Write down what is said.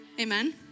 Amen